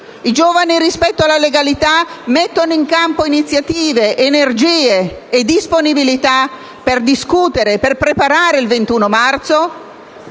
I giovani, rispetto alla legalità, mettono in campo iniziative, energie e disponibilità, per discutere e preparare il 21 marzo,